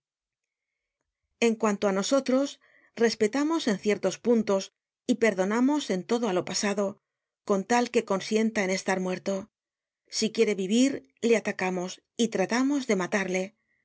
en cuantoá nosotros respetamos en ciertos puntos y perdonamos en todo á lo pasado con tal que consienta en estar muerto si quiere vivir le atacamos y tratamos de matarle